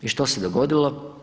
I što se dogodilo?